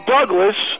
Douglas